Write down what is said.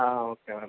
ആ okay madam